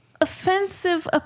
offensive